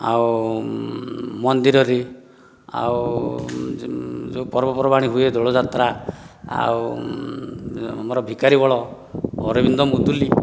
ଆଉ ମନ୍ଦିରରେ ଆଉ ଯେଉଁ ପର୍ବ ପର୍ବାଣି ହୁଏ ଦୋଳଯାତ୍ରା ଆଉ ଆମର ଭିକାରି ବଳ ଅରବିନ୍ଦ ମୁଦୁଲି